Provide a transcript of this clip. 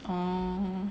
oh